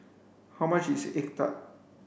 how much is egg tart